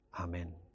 Amen